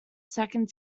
second